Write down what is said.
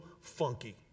funky